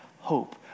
hope